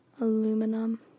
aluminum